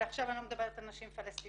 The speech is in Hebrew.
ועכשיו אני לא מדברת על נשים פלשתינאיות.